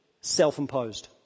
self-imposed